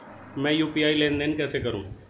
मैं यू.पी.आई लेनदेन कैसे करूँ?